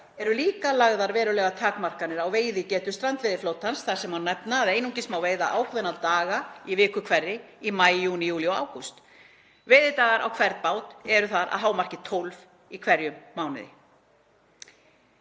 eru líka lagðar verulegar takmarkanir á veiðigetu strandveiðiflotans. Þar má nefna að einungis má veiða ákveðna daga í viku hverri í maí, júní, júlí og ágúst. Veiðidagar á hvern bát eru að hámarki 12 í hverjum mánuði.